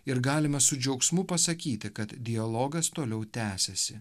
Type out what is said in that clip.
ir galime su džiaugsmu pasakyti kad dialogas toliau tęsiasi